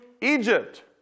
Egypt